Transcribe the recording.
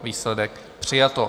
Výsledek: přijato.